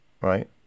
right